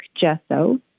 gesso